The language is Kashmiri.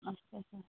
اَچھا اَچھا